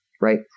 right